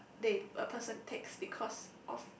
they a person take because of